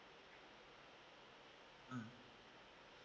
mm